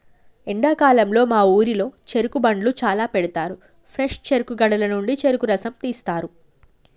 ఎండాకాలంలో మా ఊరిలో చెరుకు బండ్లు చాల పెడతారు ఫ్రెష్ చెరుకు గడల నుండి చెరుకు రసం తీస్తారు